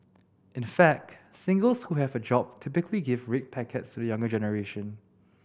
in fact singles who have a job typically give red packets to the younger generation